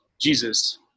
Jesus